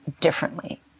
differently